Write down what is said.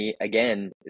Again